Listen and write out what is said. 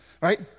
right